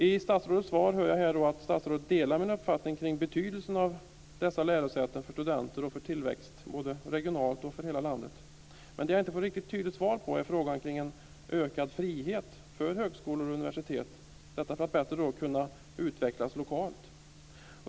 I svaret säger statsrådet att han delar min uppfattning när det gäller betydelsen av dessa lärosäten för studenterna och för tillväxten både regionalt och i hela landet. Men jag får inte riktigt svar på frågan om en ökad frihet för högskolor och universitet för att bättre kunna utvecklas lokalt.